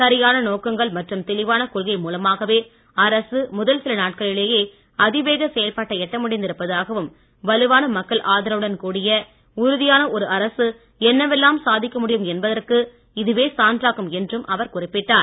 சரியான நோக்கங்கள் மற்றும் தெளிவான கொள்கை மூலமாகவே அரசு முதல் சில நாட்களிலேயே அதிவேக செயல்பாட்டை எட்ட முடிந்து இருப்பதாகவும் வலுவான மக்கள் ஆதரவுடன் கூடிய உறுதியான ஒரு அரசு என்னவெல்லாம் சாதிக்க முடியும் என்பதற்கு இதுவே சான்றாகும் என்றும் அவர் குறிப்பிட்டார்